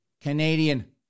Canadian